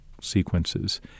sequences